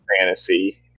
fantasy